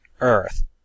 Earth